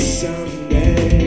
someday